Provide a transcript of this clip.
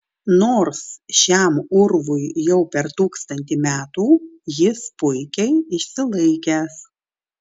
nors šiam urvui jau per tūkstantį metų jis puikiai išsilaikęs